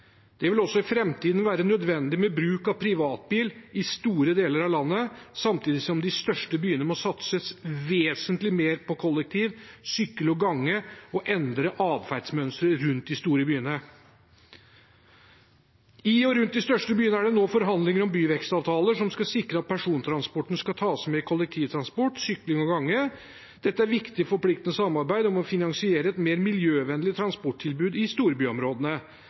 Det vil også i framtiden være nødvendig med bruk av privatbil i store deler av landet, samtidig som det i de største byene må satses vesentlig mer på kollektiv, sykkel og gange og på å endre adferdsmønstrene rundt de store byene. I og rundt de største byene er det nå forhandlinger om byvekstavtaler som skal sikre at persontransporten skal tas med kollektivtransport, sykkel og gange. Dette er viktige forpliktende samarbeid for å finansiere et mer miljøvennlig transporttilbud i storbyområdene.